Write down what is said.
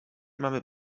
mamy